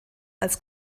als